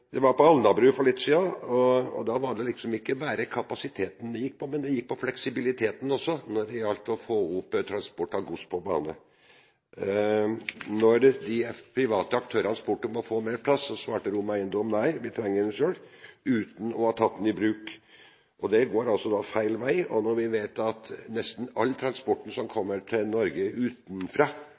Jeg var på Alnabru for litt siden, og da var det ikke bare kapasiteten det gikk på når det gjaldt å øke transporten av gods på bane, men også fleksibiliteten. Da de private aktørene spurte om å få mer plass, svarte Rom Eiendom: Nei, vi trenger det selv – uten å ha tatt den i bruk. Det går altså feil vei. Vi vet at nesten all transport til Norge utenfra, som fiskeriministeren nettopp sa, kommer til Göteborg, som betraktes som den største havnen i Norge,